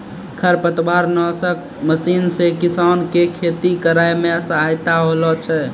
खरपतवार नासक मशीन से किसान के खेती करै मे सहायता होलै छै